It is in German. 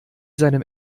seinem